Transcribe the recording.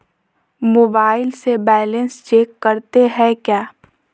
Mobile से balance check करते हैं क्या?